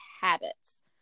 habits